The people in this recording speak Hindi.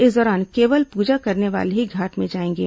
इस दौरान केवल पूजा करने वाले ही घाट में जाएंगे